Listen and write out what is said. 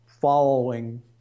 following